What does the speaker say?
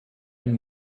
and